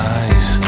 eyes